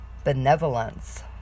Benevolence